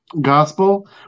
gospel